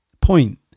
point